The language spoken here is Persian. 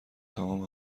تمام